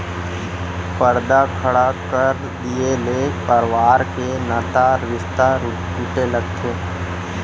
परदा खड़ा कर दिये ले परवार के नता रिस्ता टूटे लगथे